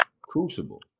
Crucible